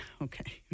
Okay